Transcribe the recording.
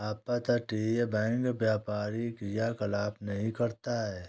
अपतटीय बैंक व्यापारी क्रियाकलाप नहीं करता है